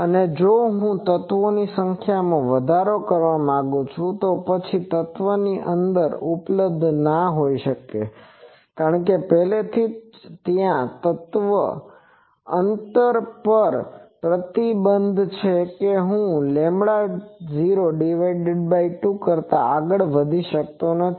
અને જો હું તત્વોની સંખ્યામાં વધારો કરવા માંગું છું તો પછી તત્વ અંતર ઉપલબ્ધ ના હોઈ સકે કારણ કે પહેલાથી જ ત્યાં તત્વ અંતર પર પ્રતિબંધ છે કે હું 02 કરતા આગળ વધી શકતો નથી